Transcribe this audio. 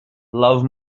love